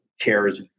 cares